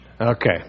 Okay